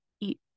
eat